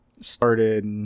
started